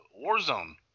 Warzone